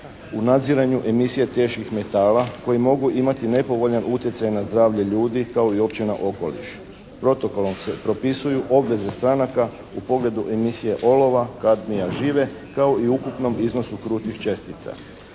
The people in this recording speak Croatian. u nadziranju emisije teških metala koje mogu imati nepovoljan utjecaj na zdravlje ljudi kao i uopće na okoliš. Protokolom se propisuju obveze stranaka u pogledu emisije olova, kadmija, žive kao i o ukupnom iznosu krutih čestica.